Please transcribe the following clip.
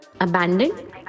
Abandoned